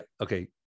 Okay